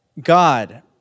God